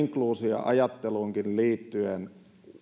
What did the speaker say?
inkluusioajatteluunkin liittyen